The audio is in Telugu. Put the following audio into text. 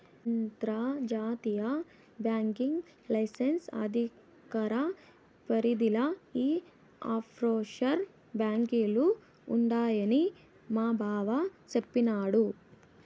అంతర్జాతీయ బాంకింగ్ లైసెన్స్ అధికార పరిదిల ఈ ఆప్షోర్ బాంకీలు ఉండాయని మాబావ సెప్పిన్నాడు